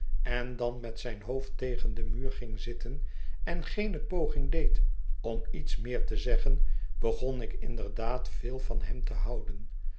en dan met zijn hoofd tegen den muur ging zitten en geene poging deed om iets meer te zeggen begon ik inderdaad veel van hem te houden